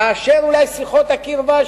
כאשר אולי שיחות הקרבה,